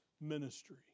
ministry